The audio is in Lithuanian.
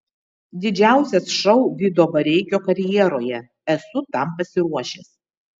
didžiausias šou vido bareikio karjeroje esu tam pasiruošęs